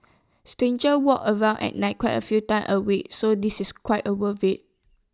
strangers walk around at night quite A few times A week so this is quite A war way